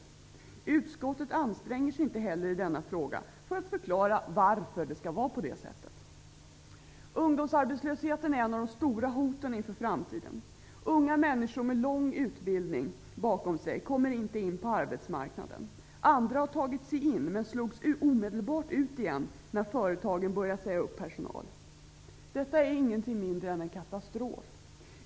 Inte heller i denna fråga anstränger sig utskottet för att förklara varför det skall vara på detta sätt. Ungdomsarbetslösheten är ett av de stora hoten inför framtiden. Unga människor med lång utbildning bakom sig kommer inte in på arbetsmarknaden. Andra hade tagit sig in men slogs omedelbart ut igen när företagen började säga upp personal. Detta är ingenting mindre än en katastrof.